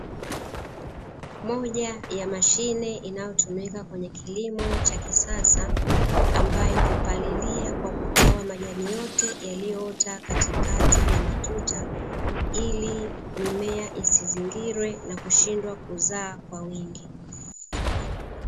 Moja ya mashine inayotumika kwenye kilimo cha kisasa, ambayo hupalilia kwa kutoa majani yote yaliyoota katikati ya matuta ili mimea isizingirwe na kushindwa kuzaa kwa wingi.